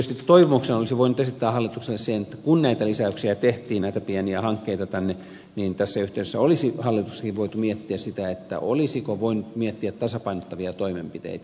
tietysti toivomuksena olisi voinut esittää hallitukselle sen että kun näitä lisäyksiä näitä pieniä hankkeita tänne tehtiin niin tässä yhteydessä olisi hallituksessakin voitu miettiä sitä olisiko voinut miettiä tasapainottavia toimenpiteitä